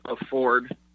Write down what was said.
afford